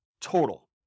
total